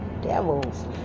devils